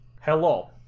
Hello